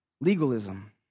Legalism